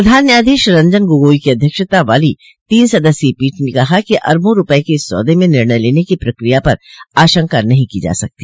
प्रधान न्यायाधीश रंजन गोगाई की अध्यक्षता वाली तीन सदस्यीय पीठ ने कहा कि अरबा रूपये के इस सौदे में निर्णय लेने की प्रक्रिया पर आशंका नहीं की जा सकती